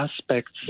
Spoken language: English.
aspects